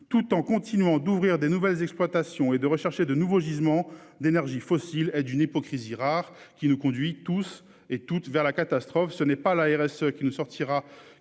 tout en continuant d'ouvrir des nouvelles exploitations et de rechercher de nouveaux gisements d'énergies fossiles et d'une hypocrisie rare qui nous conduit tous et toutes vers la catastrophe. Ce n'est pas la ARS qui ne sortira